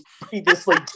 previously